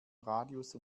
radius